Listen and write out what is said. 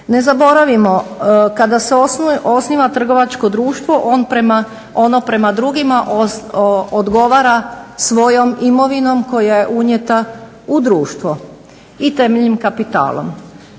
Ne zaboravimo, kada se osniva trgovačko društvo ono prema drugima odgovara svojom imovinom koja je unijeta u društvo i temeljnim kapitalom.